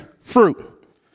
fruit